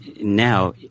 now